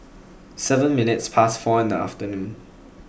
seven minutes past four in the afternoon